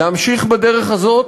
להמשיך בדרך הזאת,